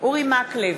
אורי מקלב,